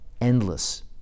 endless